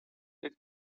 det